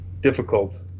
difficult